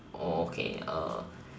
oh okay uh